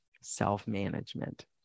self-management